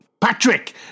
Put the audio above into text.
Patrick